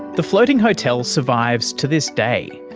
the floating hotel survives to this day,